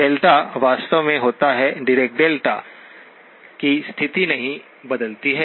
delta वास्तव में होता है डीरेका डेल्टा की स्थिति नहीं बदलती है